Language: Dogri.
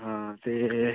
हां ते